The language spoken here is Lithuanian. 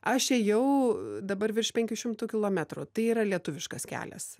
aš ėjau dabar virš penkių šimtų kilometrų tai yra lietuviškas kelias